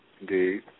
Indeed